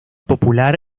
popular